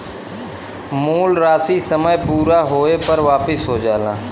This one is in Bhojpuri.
मूल राशी समय पूरा होये पर वापिस हो जाला